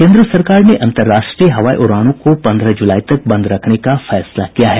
केन्द्र सरकार ने अन्तरराष्ट्रीय हवाई उड़ानों को पन्द्रह जुलाई तक बंद रखने का फैसला किया है